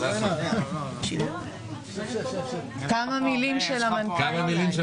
נשמע כמה מילים של המנכ"ל.